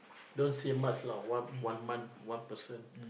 don't say much lah one one month one person